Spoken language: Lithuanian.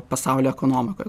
pasaulio ekonomikoj